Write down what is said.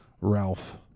Ralph